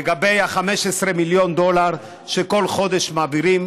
לגבי 15 מיליון הדולר שכל חודש מעבירים.